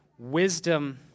Wisdom